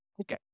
Okay